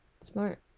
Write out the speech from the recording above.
smart